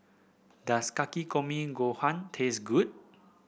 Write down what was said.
does Takikomi Gohan taste good